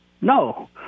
No